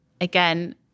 again